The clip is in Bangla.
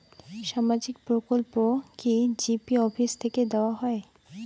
সামাজিক প্রকল্প কি জি.পি অফিস থেকে দেওয়া হয়?